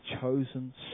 chosen